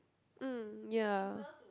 um ya